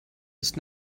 ist